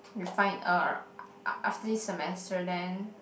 we find uh after this semester then